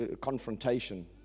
confrontation